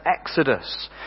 Exodus